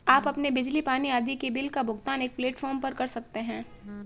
आप अपने बिजली, पानी आदि के बिल का भुगतान एक प्लेटफॉर्म पर कर सकते हैं